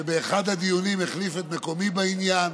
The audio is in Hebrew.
שבאחד הדיונים החליף את מקומי בעניין,